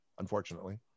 unfortunately